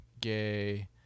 Gay